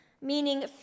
meaning